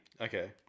Okay